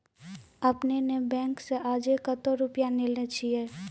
आपने ने बैंक से आजे कतो रुपिया लेने छियि?